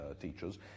teachers